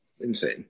insane